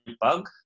bug